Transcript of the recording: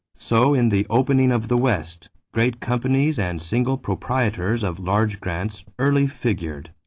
so in the opening of the west, great companies and single proprietors of large grants early figured.